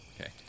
Okay